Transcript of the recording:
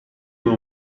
nur